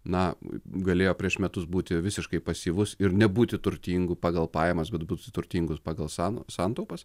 na galėjo prieš metus būti visiškai pasyvus ir nebūti turtingu pagal pajamas bet būti turtingus pagal sano santaupas